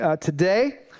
today